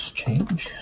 change